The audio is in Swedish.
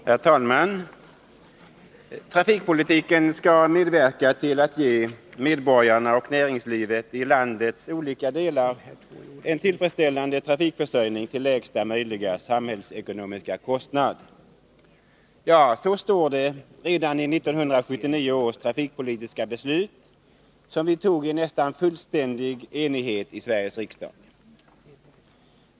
Herr talman! Trafikpolitiken skall medverka till att ge medborgarna och näringslivet i landets olika delar en tillfredsställande trafikförsörjning till lägsta möjliga samhällsekonomiska kostnad. Ja, så står det redan i 1979 års trafikpolitiska beslut, som vi tog i nästan fullständig enighet i Sveriges riksdag.